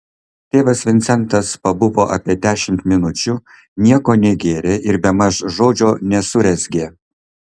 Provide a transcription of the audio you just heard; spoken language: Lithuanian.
tėvas vincentas pabuvo apie dešimt minučių nieko negėrė ir bemaž žodžio nesurezgė